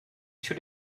two